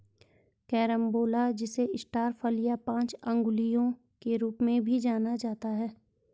carambola जिसे star फल या पांच अंगुलियों के रूप में भी जाना जाता है